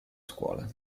scuole